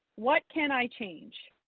what can i change?